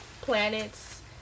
planets